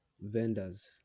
vendors